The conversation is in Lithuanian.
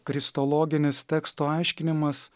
kristologinis teksto aiškinimas